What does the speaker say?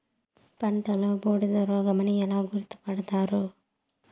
పంటలో బూడిద రోగమని ఎలా గుర్తుపడతారు?